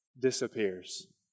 disappears